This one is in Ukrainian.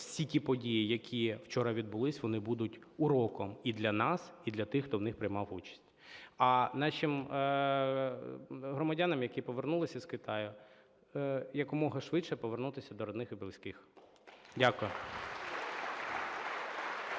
всі ті події, які вчора відбулись, вони будуть уроком і для нас, і для тих, хто в них приймав участь. А нашим громадянам, які повернулися з Китаю, якомога швидше повернутися до рідних і близьких. Дякую.